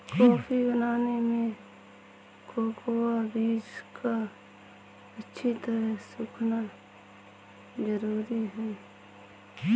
coffee बनाने में cocoa बीज का अच्छी तरह सुखना जरूरी है